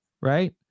right